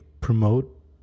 promote